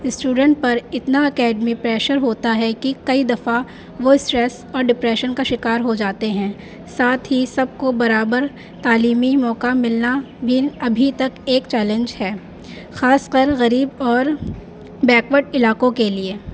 student پر اتنا academy pressure ہوتا ہے کہ کئی دفعہ وہ اسٹریس اور ڈپریشن کا شکار ہو جاتے ہیں ساتھ ہی سب کو برابر تعلیمی موقع ملنا بھی ابھی تک ایک چیلنج ہے خاص کر غریب اور بیکورڈ علاقوں کے لیے